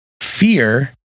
fear